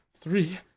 three